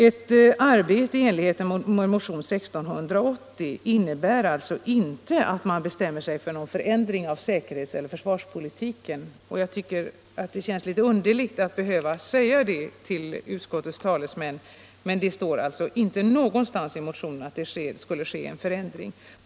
Ett arbete i enlighet med motionen 1680 innebär alltså inte att bestämma sig för en förändring av säkerhetseller försvarspolitiken. Det känns litet underligt att behöva säga det till utskottets talesmän, men det står inte någonstans i motionen att det skulle ske någon sådan förändring.